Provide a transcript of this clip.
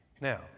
Now